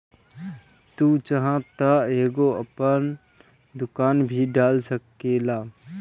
तू चाहत तअ एगो आपन दुकान भी डाल सकेला